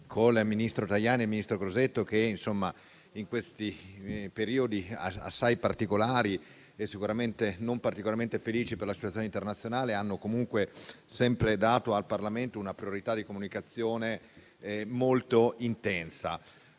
con i ministri Tajani e Crosetto che, in questo periodo assai particolare e sicuramente non particolarmente felice per la situazione internazionale, hanno comunque sempre dato al Parlamento una priorità di comunicazione molto intensa.